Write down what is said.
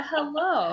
Hello